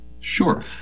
sure